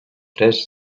tres